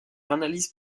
analyse